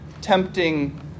tempting